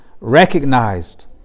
recognized